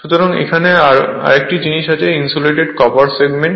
সুতরাং এখানে আরেকটি জিনিস আছে ইনসুলেটেড কপার সেগমেন্ট